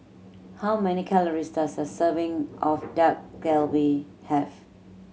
how many calories does a serving of Dak Galbi have